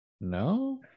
no